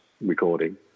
recording